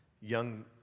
young